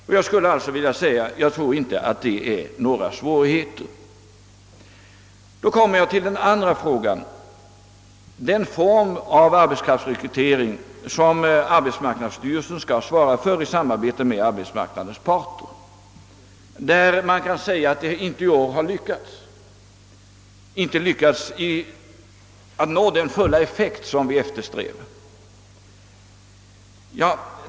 Och jag tror inte att det är några svårigheter att få det behovet fyllt. Så kommer jag till den andra frågan, nämligen den form av arbetskraftsrekrytering som arbetsmarknadsstyrelsen skall svara för i samarbete med arbetsmarknadens parter. På den punkten kan man säga att det i år inte lyckats att nå den fulla effekt som vi eftersträvar.